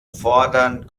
fordern